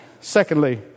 Secondly